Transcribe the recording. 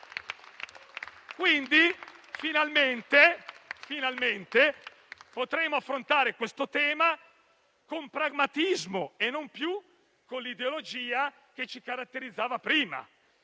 quindi, potremo affrontare questo tema con pragmatismo e non più con l'ideologia che ci caratterizzava prima,